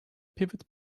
pivot